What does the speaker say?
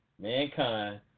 mankind